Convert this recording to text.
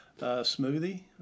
smoothie